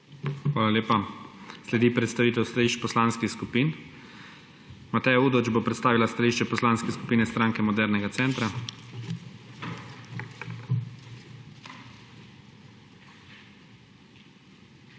Hvala lepa. Sledi predstavitev stališč poslanskih skupin. Mateja Udovč bo predstavila stališče Poslanske skupine Stranke modernega centra. **MATEJA